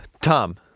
Tom